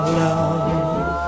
love